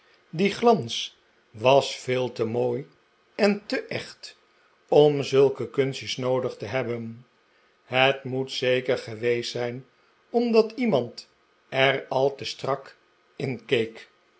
die glans was veel te mooi en te echt om zulke kunstjes noodig te hebben het moet zeker geweest zijn omdat iemand er al te strak in